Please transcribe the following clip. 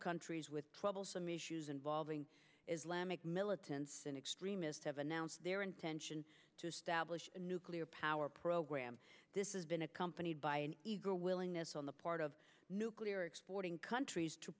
countries with troublesome issues involving islamic militants and extremists have announced their intention to establish a nuclear power program this is been accompanied by an eager willingness on the part of nuclear exporting countries to